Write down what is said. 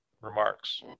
remarks